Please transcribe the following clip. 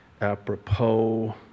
apropos